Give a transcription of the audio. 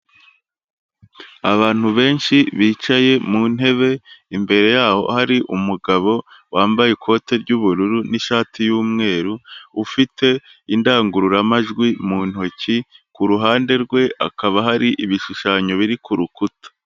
Abantu benshi bicaye mu ntebe, imbere yaho hari umugabo wambaye ikote ry'ubururu n'ishati y'umweru, ufite indangururamajwi mu ntoki, ku ruhande rwe akaba hari ibishushanyo biri ku rukuta.